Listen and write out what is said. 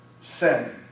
sin